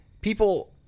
people